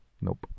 Nope